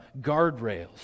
guardrails